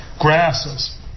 grasses